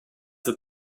that